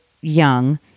young